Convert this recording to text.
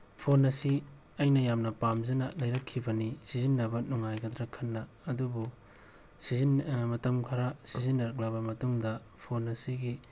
phone ꯑꯁꯤ ꯑꯩꯅ ꯌꯥꯝꯅ ꯄꯥꯝꯖꯅ ꯂꯩꯔꯛꯈꯤꯕꯅꯤ ꯁꯤꯖꯤꯟꯅꯕ ꯅꯨꯡꯉꯥꯏꯒꯗ꯭ꯔ ꯈꯟꯅ ꯑꯗꯨꯕꯨ ꯃꯇꯝ ꯈꯔ ꯁꯤꯖꯤꯟꯅꯔꯛꯂꯕ ꯃꯇꯨꯡꯗ ꯐꯣꯟ ꯑꯁꯤꯒꯤ